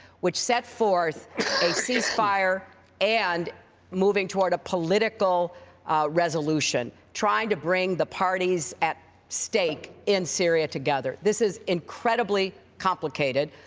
which set forth a cease-fire and moving toward a political resolution, trying to bring the parties at stake in syria together. this is incredibly complicated,